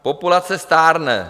Populace stárne.